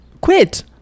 quit